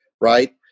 right